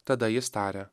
tada jis tarė